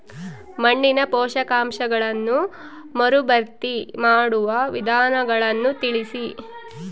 ಮಣ್ಣಿನ ಪೋಷಕಾಂಶಗಳನ್ನು ಮರುಭರ್ತಿ ಮಾಡುವ ವಿಧಾನಗಳನ್ನು ತಿಳಿಸಿ?